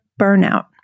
burnout